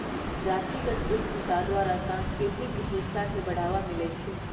जातीगत उद्यमिता द्वारा सांस्कृतिक विशेषता के बढ़ाबा मिलइ छइ